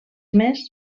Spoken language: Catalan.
més